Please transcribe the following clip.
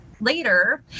later